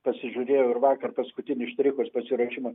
pasižiūrėjau ir vakar paskutinius štrichus pasiruošimo